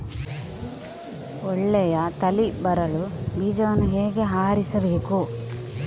ಒಳ್ಳೆಯ ತಳಿ ಬರಲು ಬೀಜವನ್ನು ಹೇಗೆ ಆರಿಸಬೇಕು?